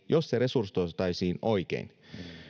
jos se resursoitaisiin oikein